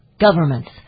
Governments